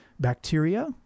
bacteria